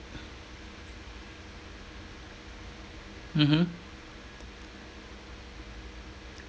mmhmm